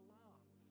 love